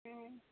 ம்